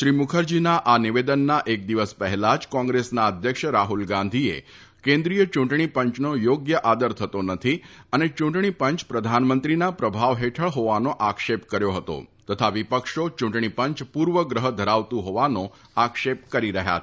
શ્રી મુખરજીના આ નિવેદનના એક દિવસ પહેલા જ કોંગ્રેસના અધ્યક્ષ રાહુલ ગાંધીએ કેન્દ્રિય ચૂંટણી પંચનો યોગ્ય આદર થતો નથી અને ચૂંટણી પંચ પ્રધાનમંત્રીના પ્રભાવ હેઠળ હોવાનો આક્ષેપ કર્યો હતો તથા વિપક્ષો ચૂંટણી પંચ પૂર્વગ્રહ ધરાવતુ હોવાનો આક્ષેપ કરી રહ્યા છે